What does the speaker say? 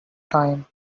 time